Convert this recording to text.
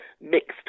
mixed